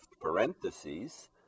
parentheses